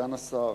סגן השר,